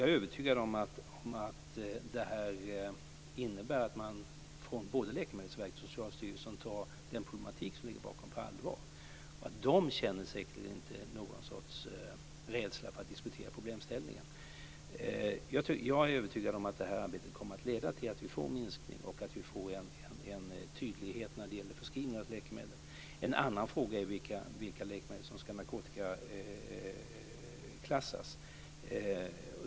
Jag är övertygad om att det här innebär att man från både Läkemedelsverket och Socialstyrelsen tar den problematik som ligger bakom på allvar, och de känner säkerligen inte någon sorts rädsla för att diskutera problemställningen. Jag är övertygad om att det här arbetet kommer att leda till att vi får en minskning och att vi får en tydlighet när det gäller förskrivning av läkemedel. En annan fråga är vilka läkemedel som ska narkotikaklassas.